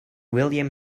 william